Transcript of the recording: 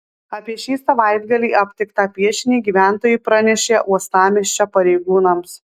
apie šį savaitgalį aptiktą piešinį gyventojai pranešė uostamiesčio pareigūnams